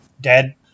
Dead